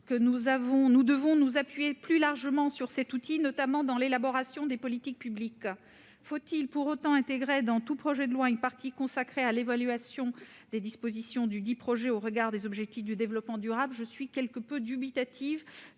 nous devons nous appuyer plus largement sur cet outil, notamment dans l'élaboration des politiques publiques. Faut-il pour autant intégrer dans tout projet de loi une partie consacrée à l'évaluation des dispositions dudit projet au regard des objectifs de développement durable ?